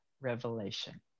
revelation